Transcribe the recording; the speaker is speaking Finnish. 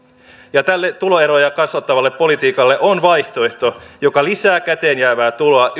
tälle tuloeroja kasvattavalle politiikalle on vaihtoehto joka lisää käteenjäävää tuloa